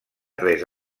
tres